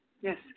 Yes